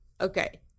Okay